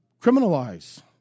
criminalize